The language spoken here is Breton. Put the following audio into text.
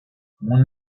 mont